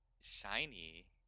shiny